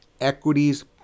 equities